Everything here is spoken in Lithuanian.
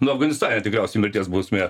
nu afganistane tikriausiai mirties bausmė